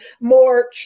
more